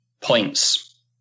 points